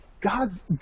God's